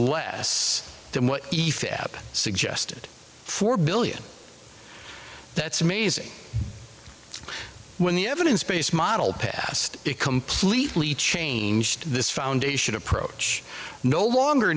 less than what happened suggested four billion that's amazing when the evidence based model passed it completely changed this foundation approach no longer